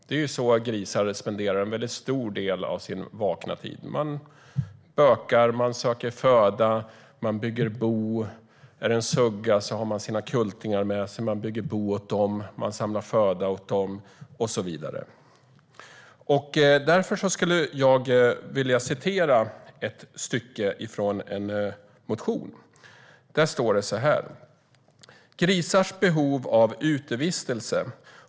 Det är så grisar spenderar en stor del av sin vakna tid; de bökar, söker föda och bygger bo. Om det är en sugga har den sina kultingar med sig, bygger bo och samlar föda åt dem och så vidare. Jag vill därför citera ett stycke från en motion. Där står att "grisars behov av utevistelse .